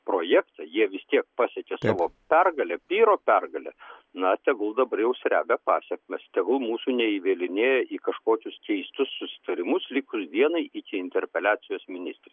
projektą jie vis tiek pasiekė savo pergalę pyro pergalę na tegul dabar jau srebia pasekmes tegul mūsų neįvėlinėja į kažkokius keistus susitarimus likus dienai iki interpeliacijos ministrei